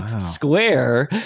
square